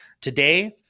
today